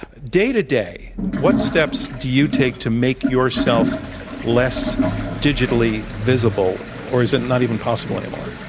day to day, what steps do you take to make yourself less digitally visible? or is it not even possible anymore?